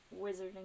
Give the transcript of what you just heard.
Wizarding